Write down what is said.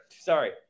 Sorry